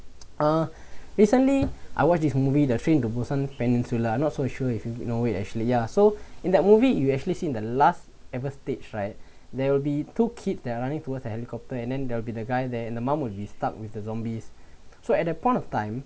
uh recently I watch this movie the train to busan peninsula not so sure if you do know it actually ya so in that movie you actually seen the last ever stage right there will be two kids they are running towards the helicopter and then there will be the guy there and the mom will be stuck with the zombies so at that point of time